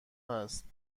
است